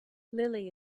lily